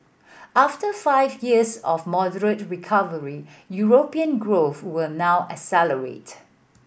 after five years of moderate recovery European growth were now accelerated